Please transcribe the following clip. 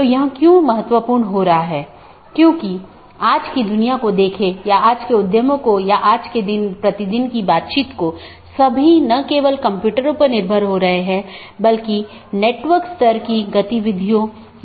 और एक autonomous system एक ही संगठन या अन्य सार्वजनिक या निजी संगठन द्वारा प्रबंधित अन्य ऑटॉनमस सिस्टम से भी कनेक्ट कर सकती है